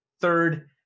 third